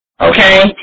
Okay